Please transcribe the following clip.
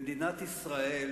במדינת ישראל,